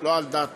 לא על דעתה